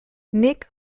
nik